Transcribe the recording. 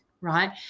right